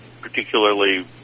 particularly